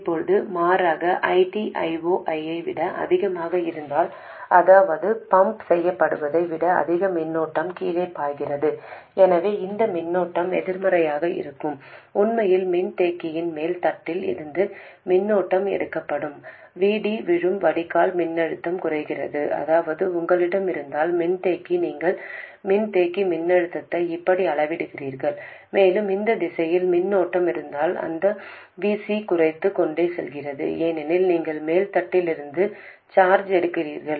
இப்போது மாறாக ID I0 ஐ விட அதிகமாக இருந்தால் அதாவது பம்ப் செய்யப்படுவதை விட அதிக மின்னோட்டம் கீழே பாய்கிறது எனவே இந்த மின்னோட்டம் எதிர்மறையாக இருக்கும் உண்மையில் மின்தேக்கியின் மேல் தட்டில் இருந்து மின்னோட்டம் எடுக்கப்படும் VD விழும் வடிகால் மின்னழுத்தம் குறைகிறது அதாவது உங்களிடம் இருந்தால் மின்தேக்கி நீங்கள் மின்தேக்கி மின்னழுத்தத்தை இப்படி அளவிடுகிறீர்கள் மேலும் இந்த திசையில் மின்னோட்டம் இருந்தால் இந்த VC குறைந்து கொண்டே செல்கிறது ஏனெனில் நீங்கள் மேல் தட்டிலிருந்து சார்ஜ் எடுக்கிறீர்கள்